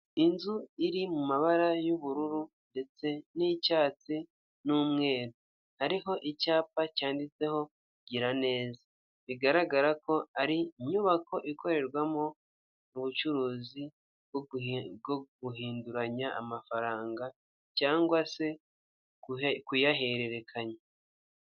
Inzu iri mu mabara y'ubururu ndetse n'icyatsi n'umweru hariho icyapa cyanditseho gira neza, bigaragara ko ari inyubako ikorerwamo ubucuruzi bwo guhinduranya amafaranga cyangwa se kuyahererekanya.